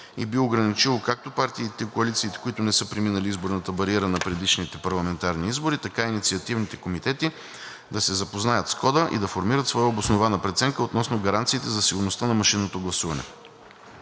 и би ограничило както партиите и коалициите, които не са преминали изборната бариера на предишните парламентарни избори, така и инициативните комитети, да се запознаят с кода и да формират своя обоснована преценка относно гаранциите за сигурността на машинното гласуване.